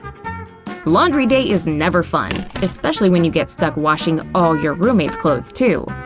laundry day is never fun, especially when you get stuck washing all your roommate's clothes too.